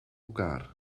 elkaar